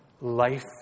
Life